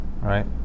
Right